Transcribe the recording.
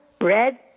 red